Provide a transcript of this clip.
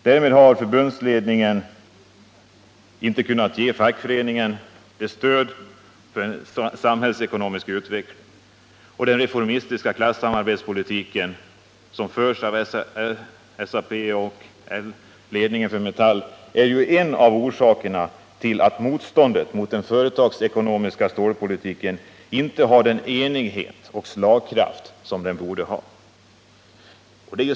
Därmed har förbundsledningen inte kunnat ge fackföreningen sitt stöd för en samhällsekonomisk utveckling. Den reformistiska klassamarbetspolitik som förs av SAP och ledningen för Metall är en av orsakerna till att motståndet mot den företagsekonomiska stålpolitiken inte har den enighet och slagkraft som den borde ha.